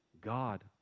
God